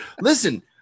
Listen